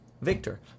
Victor